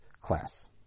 class